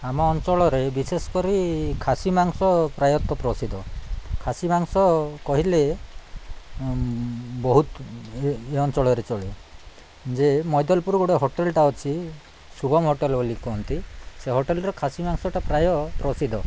ଆମ ଅଞ୍ଚଳରେ ବିଶେଷ କରି ଖାସି ମାଂସ ପ୍ରାୟତଃ ପ୍ରସିଦ୍ଧ ଖାସି ମାଂସ କହିଲେ ବହୁତ ଏ ଏ ଅଞ୍ଚଳରେ ଚଳେ ଯେ ମୈଦଲପୁର ଗୋଟେ ହୋଟେଲ୍ଟା ଅଛି ଶୁଭମ ହୋଟେଲ୍ ବୋଲି କୁହନ୍ତି ସେ ହୋଟେଲ୍ର ଖାସି ମାଂସଟା ପ୍ରାୟ ପ୍ରସିଦ୍ଧ